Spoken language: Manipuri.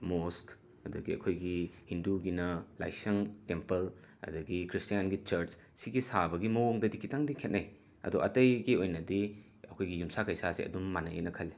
ꯃꯣꯁꯛ ꯑꯗꯒꯤ ꯑꯩꯈꯣꯏꯒꯤ ꯍꯤꯟꯗꯨꯒꯤꯅ ꯂꯥꯏꯁꯪ ꯇꯦꯝꯄꯜ ꯑꯗꯨꯒꯤ ꯈ꯭ꯔꯤꯁꯇꯤꯌꯥꯟꯒꯤ ꯆꯔꯆ ꯁꯤꯒꯤ ꯁꯥꯕꯒꯤ ꯃꯑꯣꯡꯗꯗꯤ ꯈꯤꯇꯪꯗꯤ ꯈꯦꯠꯅꯩ ꯑꯗꯣ ꯑꯇꯩꯒꯤ ꯑꯣꯏꯅꯗꯤ ꯑꯩꯈꯣꯏꯒꯤ ꯌꯨꯝꯁꯥ ꯀꯩꯁꯥꯁꯦ ꯑꯗꯨꯝ ꯃꯥꯟꯅꯩꯅ ꯈꯜꯂꯦ